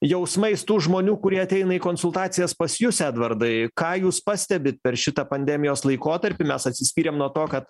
jausmais tų žmonių kurie ateina į konsultacijas pas jus edvardai ką jūs pastebit per šitą pandemijos laikotarpį mes atsiskyrėm nuo to kad